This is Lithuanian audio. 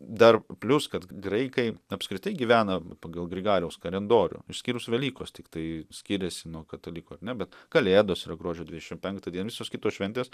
dar plius kad graikai apskritai gyvena pagal grigaliaus kalendorių išskyrus velykos tiktai skiriasi nuo katalikų ar ne bet kalėdos yra gruodžio dvidešim penktą dieną visos kitos šventės